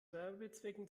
werbezwecken